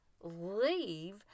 leave